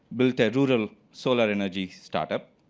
built a rural solar energy start-up.